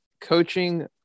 coaching